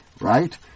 right